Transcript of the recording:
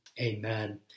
Amen